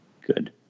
Good